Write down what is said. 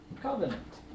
covenant